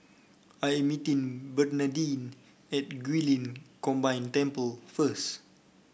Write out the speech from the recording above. I'm meeting Bernardine at Guilin Combined Temple first